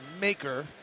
Maker